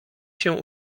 się